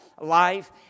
life